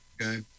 Okay